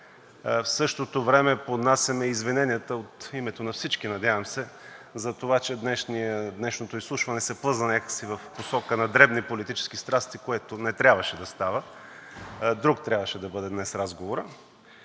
в същото време поднасяме извиненията от името на всички, надявам се, за това че днешното изслушване се плъзна някак си в посока на дребни политически страсти, което не трябваше да става, друг трябваше да бъде днес разговорът.